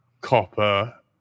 copper